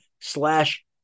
slash